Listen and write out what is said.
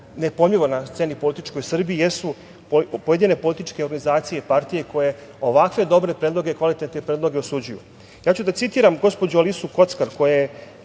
nepojmljivo na političkoj sceni u Srbiji jesu pojedine političke organizacije i partije koje ovakve dobre, kvalitetne predloge osuđuju. Ja ću da citiram gospođu Alisu Kockar, koja